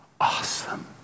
awesome